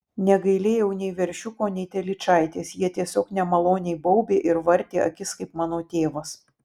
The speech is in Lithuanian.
negailėjau nei veršiuko nei telyčaitės jie tiesiog nemaloniai baubė ir vartė akis kaip mano tėvas